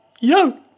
Yo